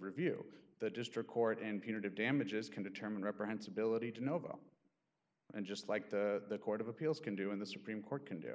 review the district court and peanut of damages can determine represents ability to know about and just like the court of appeals can do in the supreme court can do